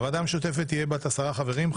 הוועדה המשותפת תהיה בת עשרה חברים,